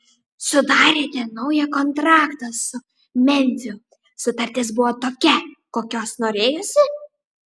sudarėte naują kontraktą su memfiu sutartis buvo tokia kokios norėjosi